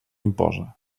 imposa